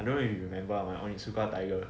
don't know if you remember lah my Onitsuka Tiger